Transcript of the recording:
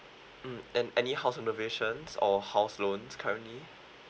mm and any house renovations or house loans currently